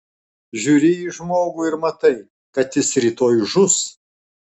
žiūri į žmogų ir matai kad jis rytoj žus